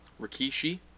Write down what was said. Rikishi